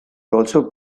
also